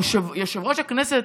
יושב-ראש הכנסת,